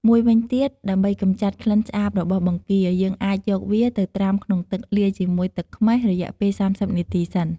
មួយវិញទៀត ដើម្បីកំចាត់ក្លិនច្អាបរបស់បង្គា យើងអាចយកវាទៅត្រាំក្នុងទឹកលាយជាមួយទឹកខ្មេះ រយៈពេល៣០នាទីសិន។